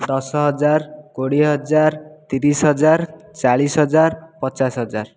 ଦଶ ହଜାର କୋଡ଼ିଏ ହଜାର ତିରିଶ ହଜାର ଚାଲିଶ ହଜାର ପଚାଶ ହଜାର